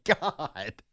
God